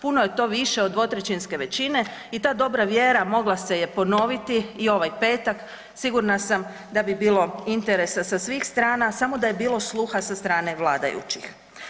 Puno je to više od 2/3 većine i ta dobra vjera mogla se je ponoviti i ovaj petak, sigurna sam da bi bilo interesa sa svih strana, samo da je bilo sluha sa strane vladajućih.